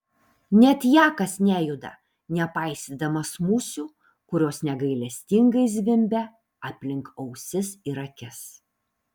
net jakas nejuda nepaisydamas musių kurios negailestingai zvimbia aplink ausis ir akis